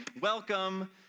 Welcome